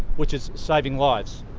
which is saving lives.